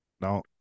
No